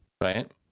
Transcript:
right